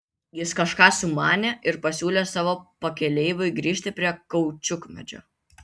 jis kažką sumanė ir pasiūlė savo pakeleiviui grįžti prie kaučiukmedžio